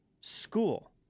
school